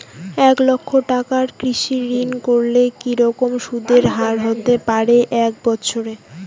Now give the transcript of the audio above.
এক লক্ষ টাকার কৃষি ঋণ করলে কি রকম সুদের হারহতে পারে এক বৎসরে?